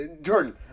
Jordan